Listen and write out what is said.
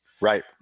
Right